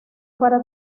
para